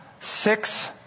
six